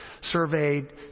surveyed